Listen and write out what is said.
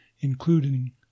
including